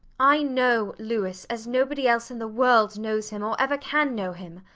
i know louis as nobody else in the world knows him or ever can know him.